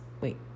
Wait